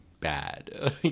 bad